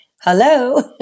hello